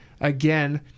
again